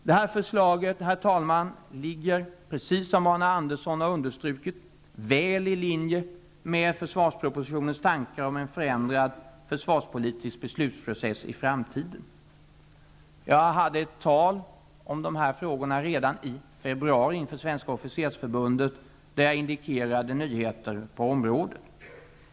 Detta förslag, herr talman, ligger -- precis som Arne Andersson har understrukit -- väl i linje med försvarspropositionens tankar om en förändrad försvarspolitisk beslutsprocess i framtiden. Jag höll ett tal om dessa frågor redan i februari inför Svenska officersförbundet, där jag indikerade nyheter på området.